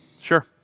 sure